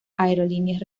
aerolíneas